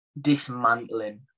dismantling